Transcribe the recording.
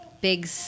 big